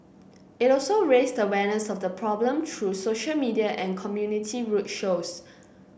it also raised awareness of the problem through social media and community rude shows